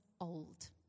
old